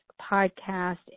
podcast